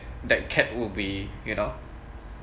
that cat would be you know